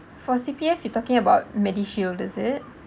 for C_P_F you talking about MediShield is it